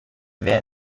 wer